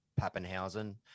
Pappenhausen